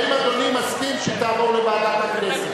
האם אדוני מסכים שהוא יעבור לוועדת הכנסת?